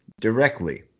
directly